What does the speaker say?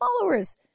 followers